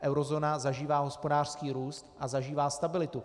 Eurozóna zažívá hospodářský růst a zažívá stabilitu.